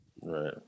right